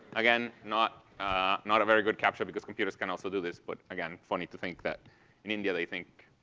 again, not not a very good captcha because computers can also do this. but, again, funny to think that in india they think